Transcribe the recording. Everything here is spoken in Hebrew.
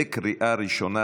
לקריאה ראשונה.